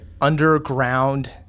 underground